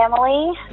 family